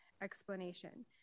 Explanation